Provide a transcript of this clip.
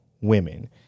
women